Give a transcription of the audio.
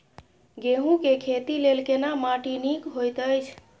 गेहूँ के खेती लेल केना माटी नीक होयत अछि?